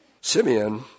Simeon